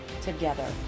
together